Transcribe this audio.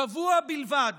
שבוע בלבד